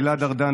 גלעד ארדן,